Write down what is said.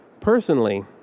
Personally